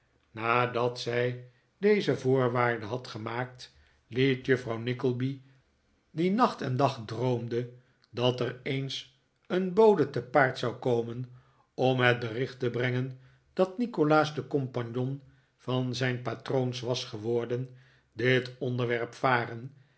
nadat zij deze voorwaarde had gemaakt liet juffrouw nickleby die nacht en dag droomde dat er eens een bode te paard zou komen om het bericht te brengen dat nikolaas de cbmpagnon van zijn patroons was geworden dit onderwerp varen